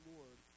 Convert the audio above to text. Lord